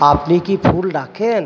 আপনি কি ফুল রাখেন